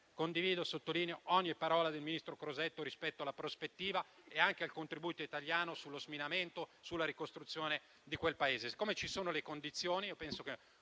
Condivido ogni parola del ministro Crosetto rispetto alla prospettiva e anche al contributo italiano sullo sminamento e sulla ricostruzione di quel Paese.